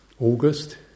August